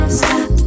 stop